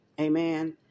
Amen